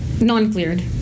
Non-cleared